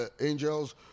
angels